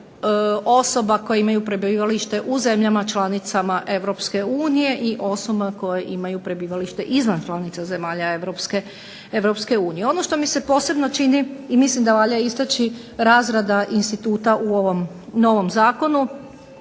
osoba koje imaju prebivalište u zemljama članicama EU i osobama koje imaju prebivanje izvan članica zemalja EU. Ono što mi se posebno čini i mislim da valja istaći razrada instituta u ovom novom zakonu